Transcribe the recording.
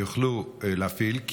נוכל להפעיל,